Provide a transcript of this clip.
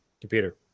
computer